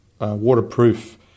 waterproof